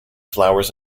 flowers